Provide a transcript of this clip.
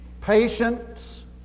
Patience